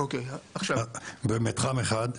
ומתחם 1?